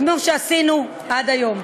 כמו שעשינו עד היום.